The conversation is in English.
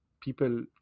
people